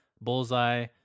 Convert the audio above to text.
Bullseye